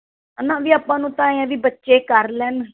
ਹੈ ਨਾ ਵੀ ਆਪਾਂ ਨੂੰ ਤਾਂ ਐਂ ਆਂ ਵੀ ਬੱਚੇ ਕਰ ਲੈਣ